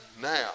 now